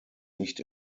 nicht